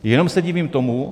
Jenom se divím tomu...